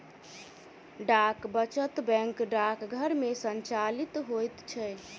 डाक वचत बैंक डाकघर मे संचालित होइत छै